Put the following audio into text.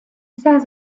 says